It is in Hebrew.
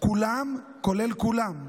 כולם כולל כולם.